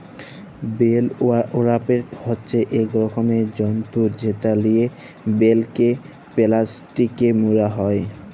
bell wrapper হছে ইক রকমের যল্তর যেট লিয়ে বেলকে পেলাস্টিকে মুড়া হ্যয়